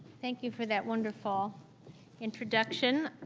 thank you for that wonderful introduction,